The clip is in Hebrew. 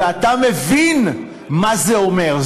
ואתה מבין מה זה אומר,